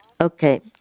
Okay